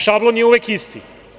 Šablon je uvek isti.